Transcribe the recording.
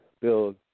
Build